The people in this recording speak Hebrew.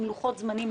עם לוחות זמנים,